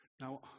Now